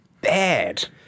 bad